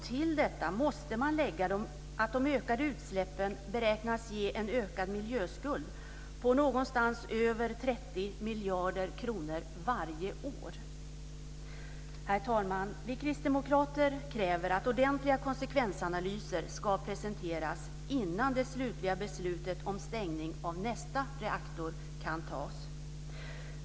Till detta måste man lägga att de ökade utsläppen beräknas ge en ökad miljöskuld på någonstans över 30 miljarder kronor varje år. Herr talman! Vi kristdemokrater kräver att ordentliga konsekvensanalyser ska presenteras innan det slutliga beslutet om stängning av nästa reaktor kan tas.